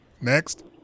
Next